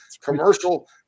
commercial